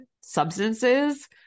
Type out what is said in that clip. substances